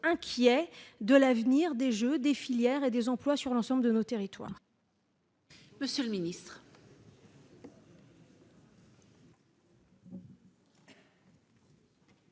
inquiets quant à l'avenir des jeux, des filières et des emplois sur l'ensemble de nos territoires.